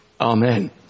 Amen